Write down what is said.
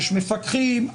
יש מפקחים,